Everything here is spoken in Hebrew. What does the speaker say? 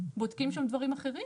בודקים שם דברים אחרים.